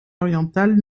orientales